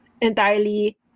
entirely